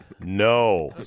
No